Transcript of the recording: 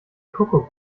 kuckuck